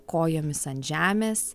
kojomis ant žemės